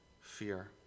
Fear